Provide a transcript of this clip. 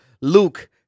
Luke